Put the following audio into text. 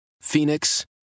Phoenix